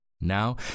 Now